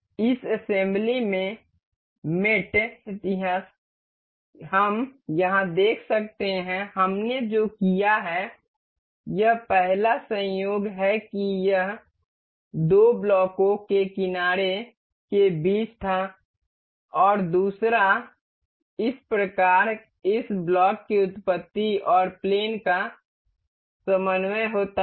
इस असेंबली में मेट इतिहास हम यहाँ देख सकते हैं हमने जो किया है यह पहला संयोग है कि यह दो ब्लॉकों के किनारे के बीच था और दूसरा इस प्रकार इस ब्लॉक की उत्पत्ति और प्लेन का समन्वय होता है